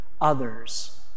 others